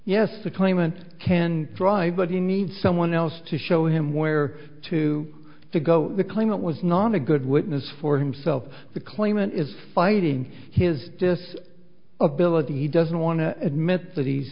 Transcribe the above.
the claimant can drive but he needs someone else to show him where to to go to claim it was not a good witness for himself the claimant is fighting his dis ability he doesn't want to admit that he's